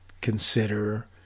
consider